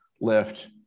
lift